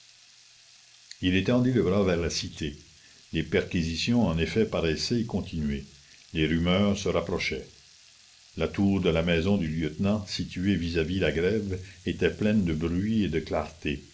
il étendit le bras vers la cité les perquisitions en effet paraissaient y continuer les rumeurs se rapprochaient la tour de la maison du lieutenant située vis-à-vis la grève était pleine de bruit et de clartés